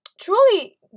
truly